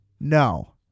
No